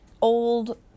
old